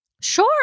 Sure